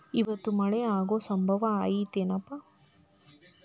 ಇವತ್ತ ಮಳೆ ಆಗು ಸಂಭವ ಐತಿ ಏನಪಾ?